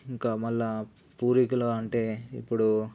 ఇంకా మళ్ళీ పూర్వీకుల అంటే ఇప్పుడు